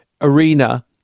arena